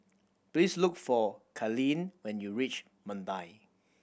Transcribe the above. please look for Kaylynn when you reach Mandai